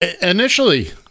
Initially